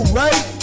right